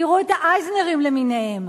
תראו את האייזנרים למיניהם,